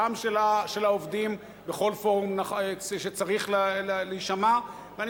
של העובדים בכל פורום שזה צריך להישמע בו.